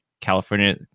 California